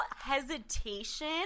hesitation